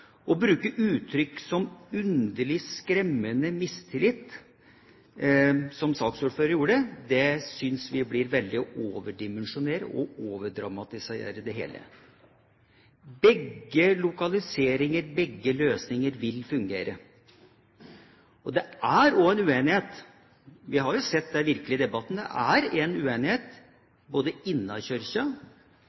Å bruke uttrykk som «underlig», «skremmende» og «mistillit», som saksordføreren har gjort, synes vi blir å overdimensjonere og overdramatisere det hele. Begge lokaliseringer, begge løsninger vil fungere. Det er også en uenighet – vi har jo virkelig sett det i debatten